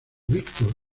víctor